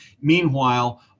Meanwhile